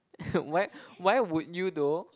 why why would you though